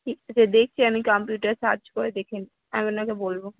ঠিক আছে দেখছি আমি কাম্পিউটার সার্চ করে দেখে নিচ্ছি আমি আপনাকে বলব